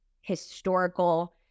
historical